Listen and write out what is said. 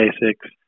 basics